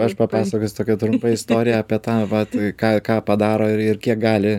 aš papasakosiu tokią trumpą istoriją apie tą vat ką ką padaro ir ir kiek gali